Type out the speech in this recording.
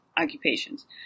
occupations